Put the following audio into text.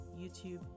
YouTube